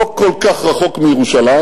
לא כל כך רחוק מירושלים,